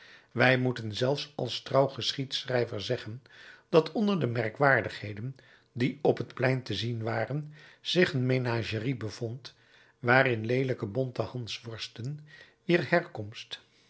wij moeten zelfs als trouw geschiedschrijver zeggen dat onder de merkwaardigheden die op het plein te zien waren zich een menagerie bevond waarin leelijke bonte hansworsten wier herkomst